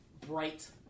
bright